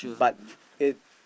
but it